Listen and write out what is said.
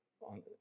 on